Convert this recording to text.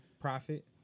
profit